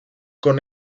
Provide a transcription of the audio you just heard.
con